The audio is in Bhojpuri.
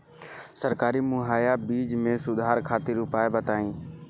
सरकारी मुहैया बीज में सुधार खातिर उपाय बताई?